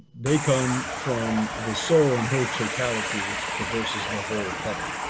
they come from the soul and her totality which traverses the whole heaven.